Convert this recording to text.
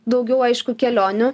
daugiau aišku kelionių